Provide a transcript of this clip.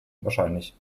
wahrscheinlich